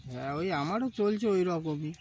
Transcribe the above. হ্যাঁ ওই আমারও চলছে ওইরকমই